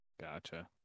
gotcha